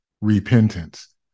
repentance